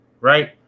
Right